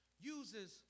uses